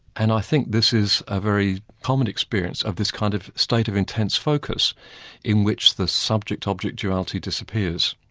and i think this is a very common experience of this kind of state of intense focus in which the subject-object duality disappears.